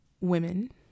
women